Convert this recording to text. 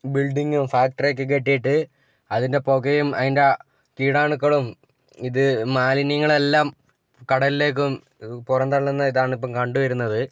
ബിൽഡിങ്ങും ഫാക്ടറിയുമൊക്കെ കെട്ടിയിട്ട് അതിൻ്റെ പുകയും അതിൻ്റെ കീടാണുക്കളും ഇത് മാലിന്യങ്ങളെല്ലാം കടലിലേക്കും പുറന്തള്ളുന്ന ഇതാണ് ഇപ്പം കണ്ടുവരുന്നത്